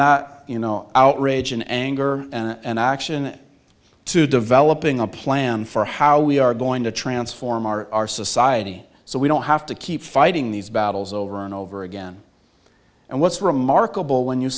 from you know outrage and anger and action to developing a plan for how we are going to transform our society so we don't have to keep fighting these battles over and over again and what's remarkable when you